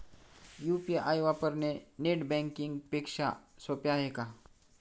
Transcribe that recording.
UPI वापरणे net banking पेक्षा सोपे आहे का?